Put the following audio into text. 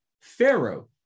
Pharaoh